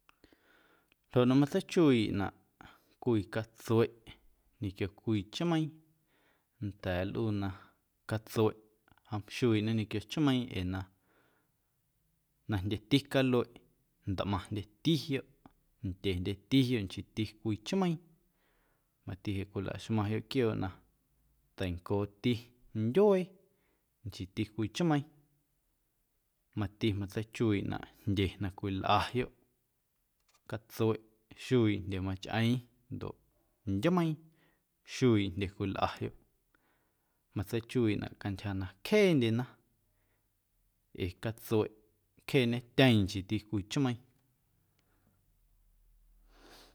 Ljoꞌ na matseichuiiꞌnaꞌ cwii catsueꞌ ñequio cwii chmeiiⁿ nnda̱a̱ nlꞌuu na catsueꞌ jom xuiiꞌñê ñequio chmeiiⁿ ee na jndyeti calueꞌ ntꞌmaⁿndyetiyoꞌ, ndyendyetiyoꞌ nchiiti cwii chmeiiⁿ mati jeꞌ cwilaxmaⁿyoꞌ quiooꞌ na teincooti ndyuee nchiiti cwii chmeiiⁿ mati matseichuiiꞌnaꞌ jndye na cwilꞌayoꞌ catsueꞌ xuiiꞌ jndye machꞌeeⁿ ndoꞌ ndyumeiiⁿ xuiiꞌ jndye cwilꞌayoꞌ matseichuiiꞌnaꞌ cantyja na cjeendyena ee catsueꞌ cjeeñetyeeⁿ nchiiti cwii chmeiiⁿ.